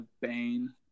Bane